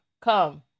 come